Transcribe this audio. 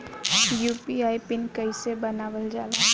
UPI PIN कइसे बनावल जाला?